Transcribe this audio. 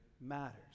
matters